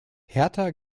hertha